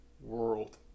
world